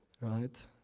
right